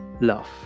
love